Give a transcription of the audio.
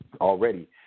already